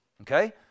Okay